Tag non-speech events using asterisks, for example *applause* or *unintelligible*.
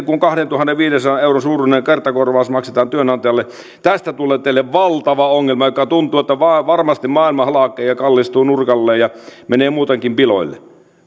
*unintelligible* kun kahdentuhannenviidensadan euron suuruinen kertakorvaus maksetaan työnantajalle tästä tulee teille valtava ongelma joka tuntuu että varmasti maailma halkeaa ja kallistuu nurkalle ja menee muutenkin piloille